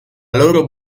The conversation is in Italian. loro